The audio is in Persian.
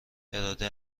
اراده